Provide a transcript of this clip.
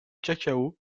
cacao